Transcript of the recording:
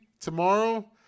tomorrow